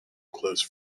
close